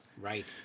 Right